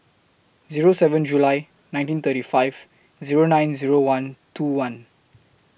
Zero seven July nineteen thirty five Zero nine Zero one two one